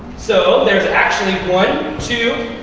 so there's actually one, two,